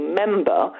member